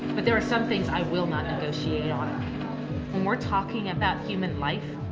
but there are some things i will not negotiate on. when we're talking about human life.